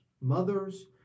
mothers